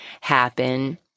happen